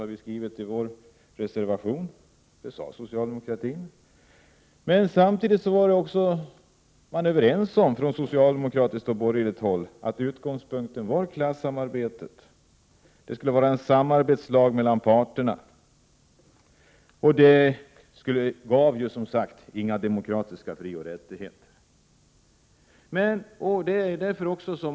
Socialdemokratin uttryckte det så och vi har skrivit så i vår reservation. Men samtidigt var man från socialdemokratiskt och borgerligt håll överens om att utgångspunkten skulle ligga i klassamarbetet. MBL skulle vara en lag om samarbete mellan parterna. Som sagts tidigare gav inte heller lagen några demokratiska frioch rättigheter.